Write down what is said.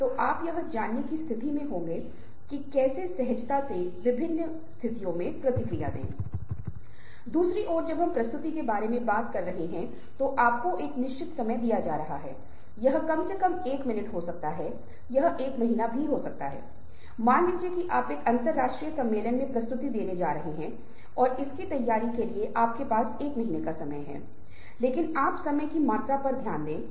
दूसरे ये अवधारणाएँ बार बार सामने आएंगी संदर्भ में और साथ ही उदाहरण के लिए जब हम तनाव के बारे में बात कर रहे थे जब हम बात कर रहे हैं तो हमें रवैया अपनाने दें जब हम बात कर रहे थे अनुनय अचानक महसूस होगा कि जिस अवधारणा को हमने यहां पेश किया है उनमें से कुछ वहां प्रासंगिक हो जाएंगी और यह कारण है कि हम अवधारणाओं को देख रहे हैं